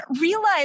realize